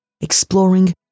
exploring